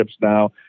now